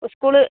school